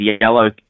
yellow